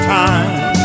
time